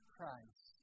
Christ